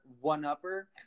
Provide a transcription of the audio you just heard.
one-upper